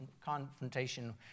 confrontation